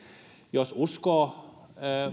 jos uskoo